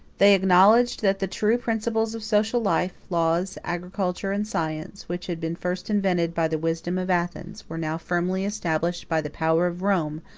they acknowledged that the true principles of social life, laws, agriculture, and science, which had been first invented by the wisdom of athens, were now firmly established by the power of rome,